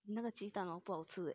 那个鸡蛋 hor 不好吃 eh